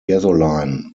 gasoline